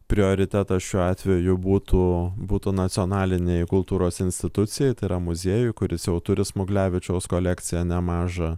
prioritetas šiuo atveju būtų būtų nacionalinei kultūros institucijai tai yra muziejui kuris jau turi smuglevičiaus kolekciją nemažą